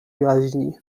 jaźni